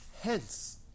Hence